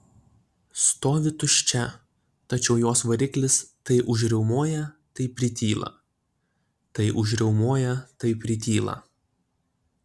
stovi tuščia tačiau jos variklis tai užriaumoja tai prityla tai užriaumoja tai prityla